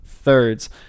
thirds